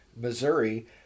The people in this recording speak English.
Missouri